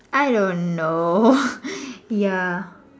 I don't know ya